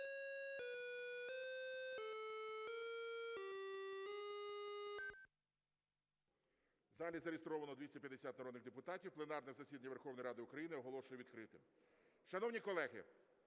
залі зареєстровано 250 народних депутатів. Пленарне засідання Верховної Ради України оголошую відкритим. Шановні колеги,